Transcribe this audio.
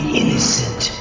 innocent